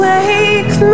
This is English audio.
Wake